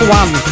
one